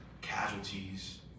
casualties